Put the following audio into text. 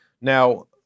Now